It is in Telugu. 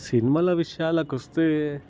సినిమాల విషయాలకు వస్తే